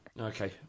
Okay